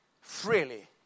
freely